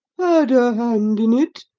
had a hand in it!